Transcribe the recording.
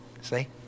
see